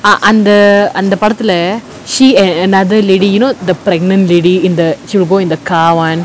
ah அந்த அந்த படத்துல:antha antha padathula she and another lady you know the pregnant lady in the she will go in the car [one]